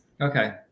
okay